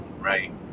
right